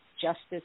justice